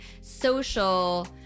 social